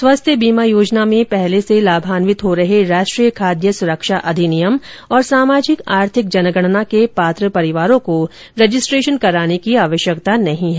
स्वास्थ्य बीमा योजना में पहले से लाभान्वित हो रहे राष्ट्रीय खाद्य सुरक्षा अधिनियम और सामाजिक आर्थिक जनगणना के पात्र परिवारों को रजिस्ट्रेशन कराने की आवश्यकता नहीं है